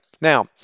Now